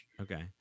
okay